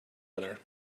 other